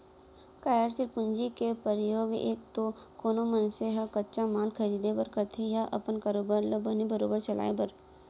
कारयसील पूंजी के परयोग एक तो कोनो मनसे ह कच्चा माल खरीदें बर करथे या अपन कारोबार ल बने बरोबर चलाय बर